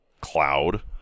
Cloud